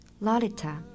Lolita